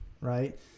Right